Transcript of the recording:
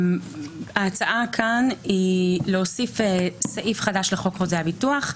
ההצעה כאן היא הוספת סעיף חדש לחוק חוזה הביטוח.